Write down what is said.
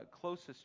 closest